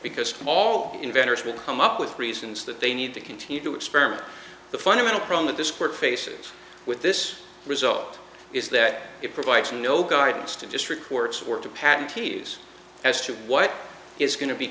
because all inventors will come up with reasons that they need to continue to experiment the fundamental problem that this court faces with this result is that it provides no guidance to district courts work to patty's as to what is going to be